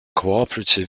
cooperative